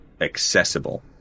accessible